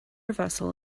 vessel